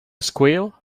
squeal